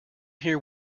here